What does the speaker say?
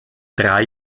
drei